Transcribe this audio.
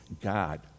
God